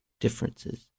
differences